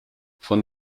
von